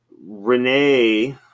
Renee